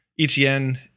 ETN